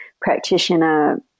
practitioner